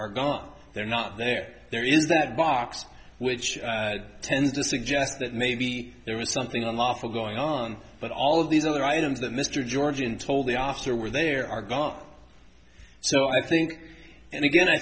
are gone they're not there there is that box which tends to suggest that maybe there was something unlawful going on but all of these other items that mr georgian told me after were there are gone so i think and again i